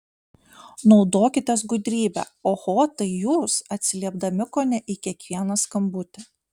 naudokitės gudrybe oho tai jūs atsiliepdami kone į kiekvieną skambutį